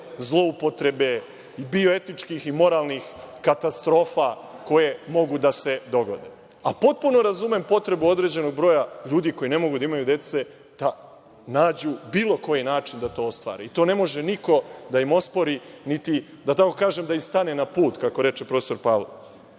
zloupotrebe i bioetičkih i moralnih katastrofa koje mogu da se dogode. Inače, potpuno razumem potrebu određenog broja ljudi koji ne mogu da imaju dece da nađu bilo koji način da to ostvare i to ne može niko da im ospori, niti da im, da tako kažem, stane na put, kako reče profesor